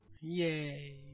Yay